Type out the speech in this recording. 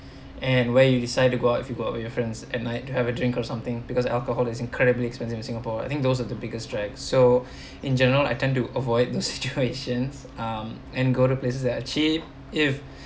and where you decide to go out if you go out with your friends at night have a drink or something because alcohol is incredibly expensive in singapore I think those are the biggest drag so in general I tend to avoid the situations um and go to places that are cheap if